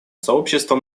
сообщество